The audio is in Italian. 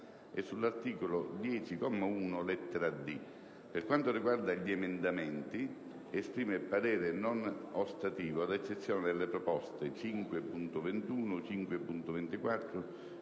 e sull'articolo 10, comma 1, lettera *d)*. Per quanto riguarda gli emendamenti, esprime parere non ostativo ad eccezione delle proposte 5.21, 5.24.